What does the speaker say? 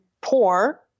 poor